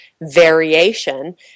variation